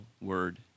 word